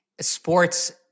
sports